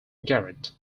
garrett